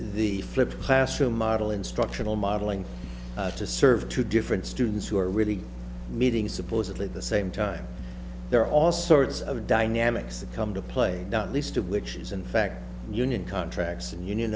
the flipped classroom model instructional modeling to serve two different students who are really meeting supposedly the same time there are all sorts of dynamics that come to play not least of which is in fact union contracts and union